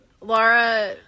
Laura